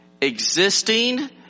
Existing